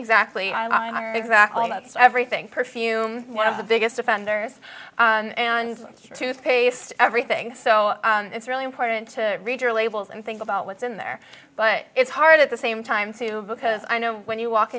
exactly exactly let's everything perfume one of the biggest offenders and toothpaste everything so it's really important to read your labels and think about what's in there but it's hard at the same time too because i know when you walk